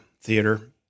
theater